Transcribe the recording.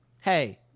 hey